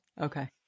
Okay